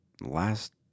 last